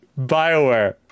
BioWare